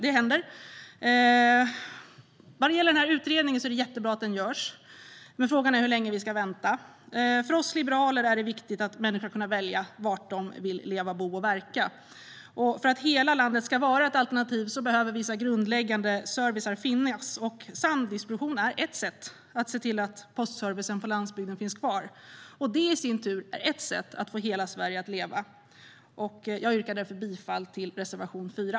Detta händer alltså, absolut! Det är jättebra att utredningen görs, men frågan är hur länge vi ska vänta. För oss liberaler är det viktigt att människor ska kunna välja var de vill leva, bo och verka. För att hela landet ska vara ett alternativ behöver viss grundläggande service finnas. Samdistribution är ett sätt att se till att postservicen på landsbygden finns kvar. Det är i sin tur ett sätt att få hela Sverige att leva. Jag yrkar därför bifall till reservation 4.